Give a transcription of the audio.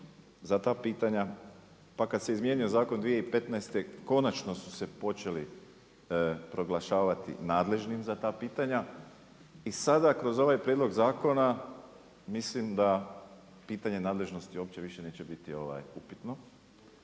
za ta pitanja, pa kada se izmijenio zakon 2015. konačno su se počeli proglašavati nadležnim za ta pitanja i sada kroz ovaj prijedlog zakona mislim da pitanje nadležnosti uopće više neće biti upitno.